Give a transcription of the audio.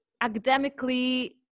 academically